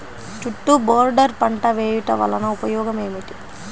చుట్టూ బోర్డర్ పంట వేయుట వలన ఉపయోగం ఏమిటి?